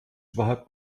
überhaupt